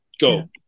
go